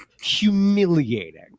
humiliating